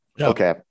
Okay